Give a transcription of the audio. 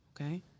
Okay